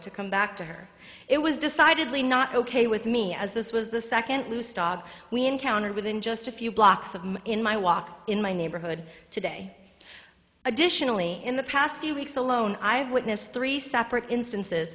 to come back to her it was decidedly not ok with me as this was the second loose dog we encountered within just a few blocks of me in my walk in my neighborhood today additionally in the past few weeks alone i have witnessed three separate instances